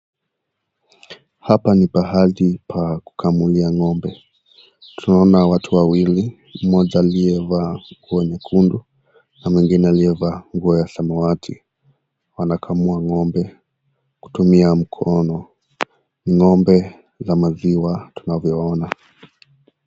Hapa ni mahali pa kukamulia ng'ombe. Tunaona watu wawili mmoja aliyevaa nguo nyekundu na mwingine aliyevaa nguo ya samawati wanakamua ng'ombe kutumia mkono. Ni ng'ombe ni ya maziwa tunavyoona.